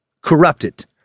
corrupted